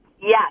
Yes